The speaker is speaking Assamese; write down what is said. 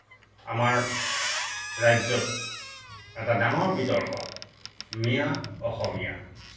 আমাৰ ৰাজ্যত এটা ডাঙৰ বিতৰ্ক মিঞা অসমীয়া